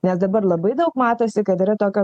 nes dabar labai daug matosi kad yra tokio